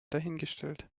dahingestellt